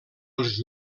els